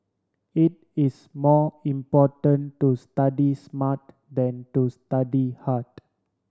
it is more important to study smart than to study hard